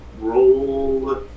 Roll